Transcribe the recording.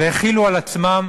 והחילו על עצמם